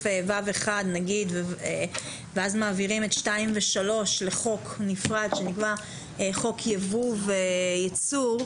ו (1) נגיד ואז מעבירים את 2 ו-3 לחוק נפרד שנקרא חוק ייבוא וייצור,